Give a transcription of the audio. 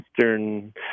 Western